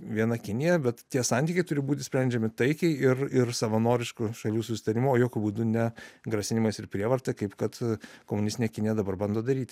viena kinija bet tie santykiai turi būti sprendžiami taikiai ir ir savanorišku šalių susitarimu jokiu būdu ne grasinimais ir prievarta kaip kad komunistinė kinija dabar bando daryti